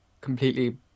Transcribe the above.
completely